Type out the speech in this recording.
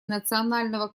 национального